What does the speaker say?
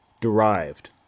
derived